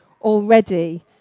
already